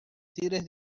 series